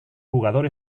jugador